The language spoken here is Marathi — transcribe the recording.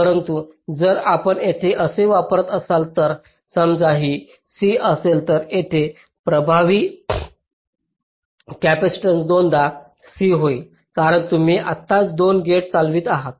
परंतु जर आपण येथे असे वापरत असाल तर समजा ही C असेल तर येथे प्रभावी कॅपेसिटन्स दोनदा C होईल कारण तुम्ही आत्ताच 2 गेट्स चालवित आहात